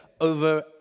over